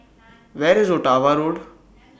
Where IS Ottawa Road